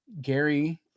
Gary